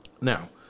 now